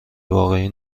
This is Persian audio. واقعی